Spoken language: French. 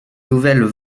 nouvelles